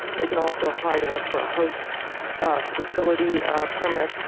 they can also apply to us for a host facility permit,